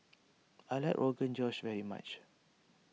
I like Rogan Josh very much